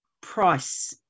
price